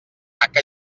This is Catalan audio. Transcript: haca